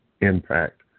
impact